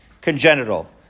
congenital